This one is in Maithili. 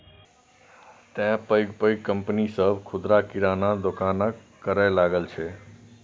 तें पैघ पैघ कंपनी सभ खुदरा किराना दोकानक करै लागल छै